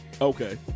Okay